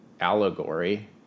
allegory